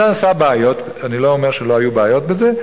זה עשה בעיות, אני לא אומר שלא היו בעיות בזה.